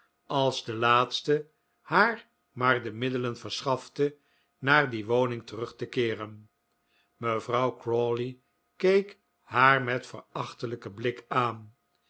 als de laatste haar maar de middelen verschafte naar die woning terug te keeren mevrouw crawley keek haar met verachtelijken blik aan